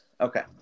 Okay